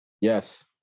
Yes